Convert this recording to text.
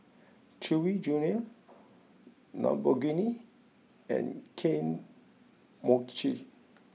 Chewy Junior Lamborghini and Kane Mochi